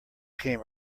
came